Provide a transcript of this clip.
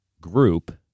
group